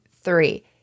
three